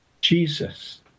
Jesus